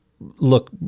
look